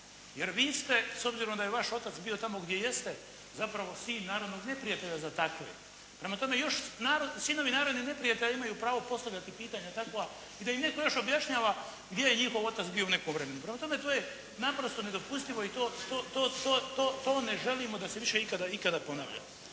Jer vi ste, s obzirom da je vaš otac bio tamo gdje jeste zapravo sin narodnog neprijatelja za takve. Prema tome, još narod, sinovi narodnih neprijatelja imaju pravo postavljati pitanja takva i da im netko još objašnjava da je njihov otac bio u nekom vremenu. Prema tome, to je naprosto nedopustljivo i to, to, to ne želimo da se više ikada, ikada ponavlja.